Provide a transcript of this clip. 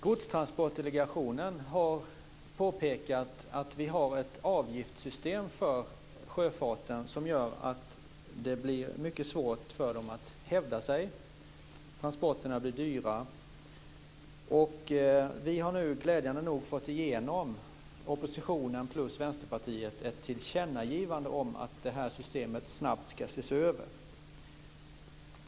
Godstransportdelegationen har påpekat att vi har ett avgiftssystem för sjöfarten som gör att det blir mycket svårt för den att hävda sig. Transporterna blir dyra. Oppositionen och Vänsterpartiet har nu fått igenom ett tillkännagivande om att det här systemet snabbt ska ses över.